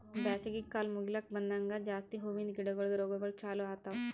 ಬ್ಯಾಸಗಿ ಕಾಲ್ ಮುಗಿಲುಕ್ ಬಂದಂಗ್ ಜಾಸ್ತಿ ಹೂವಿಂದ ಗಿಡಗೊಳ್ದು ರೋಗಗೊಳ್ ಚಾಲೂ ಆತವ್